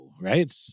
right